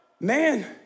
man